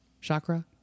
chakra